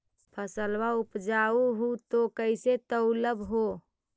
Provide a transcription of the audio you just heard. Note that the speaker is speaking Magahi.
फसलबा उपजाऊ हू तो कैसे तौउलब हो?